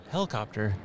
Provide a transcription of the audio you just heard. Helicopter